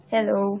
Hello